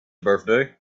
birthday